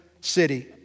city